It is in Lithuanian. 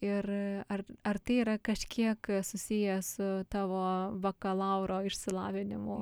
ir ar ar tai yra kažkiek susiję su tavo bakalauro išsilavinimu